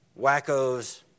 wackos